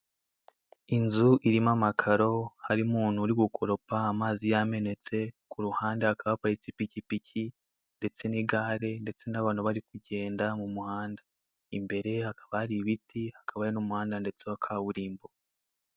Inzu irimo amakaro harimo umuntu uri gukoropa amazi yamenetse ku ruhande hakaba haparitse ipikipiki ndetse n'igare ndetse n'abantu bari kugenda mu muhanda. Imbere hakaba hari ibiti hakaba hari n'umuhanda ndetse wa kaburimbo.